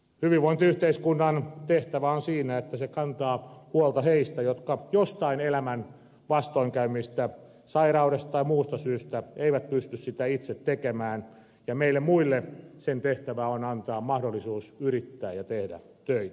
hyvinvointiyhteiskunnan tehtävä on kantaa huolta niistä jotka jonkin elämän vastoinkäymisen sairauden tai muun vuoksi eivät pysty itsestään huolehtimaan ja meille muille sen tulee antaa mahdollisuus yrittää ja tehdä töitä